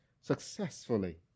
successfully